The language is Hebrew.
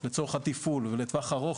לצורך התפעול ולטווח ארוך,